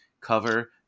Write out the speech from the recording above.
cover